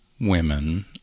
women